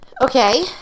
Okay